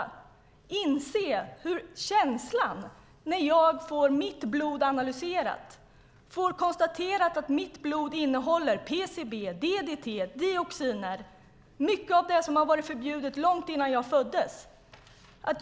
Kan ministern inse hur det kändes när jag fick mitt blod analyserat och fick konstaterat att mitt blod innehåller PCB, DDT, dioxiner - mycket av sådant som varit förbjudet långt innan jag föddes?